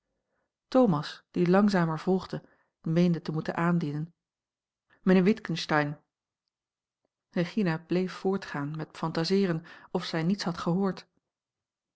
thomas die langzamer volgde meende te moeten aandienen mijnheer witgensteyn a l g bosboom-toussaint langs een omweg regina bleef voortgaan met phantaseeren of zij niets had gehoord